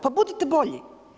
Pa budite bolji.